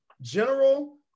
general